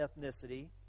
ethnicity